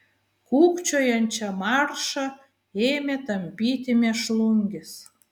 kūkčiojančią maršą ėmė tampyti mėšlungis